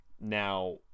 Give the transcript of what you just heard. Now